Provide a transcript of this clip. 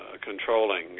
controlling